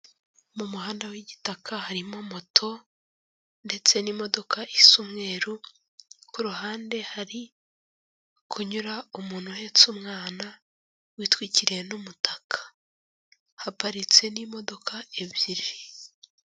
Mu muhanda w'igitaka harimo moto ndetse n'imodoka isa umweru. Ku ruhande hari kunyura umuntu uhetse umwana witwikiriye n'umutaka, haparitse n'imodoka ebyiri.